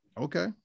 Okay